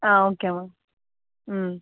ಹಾಂ okay ma'am